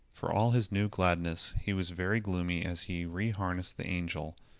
for all his new gladness, he was very gloomy as he re-harnessed the angel,